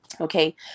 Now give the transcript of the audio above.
Okay